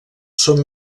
són